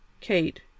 Kate